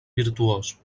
virtuós